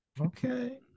Okay